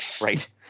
Right